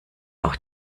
auch